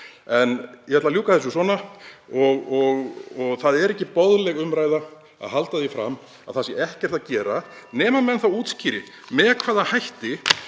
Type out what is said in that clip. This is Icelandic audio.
Ég ætla að ljúka þessu svona: Það er ekki boðleg umræða að halda því fram að ekkert sé að gerast nema menn útskýri með hvaða hætti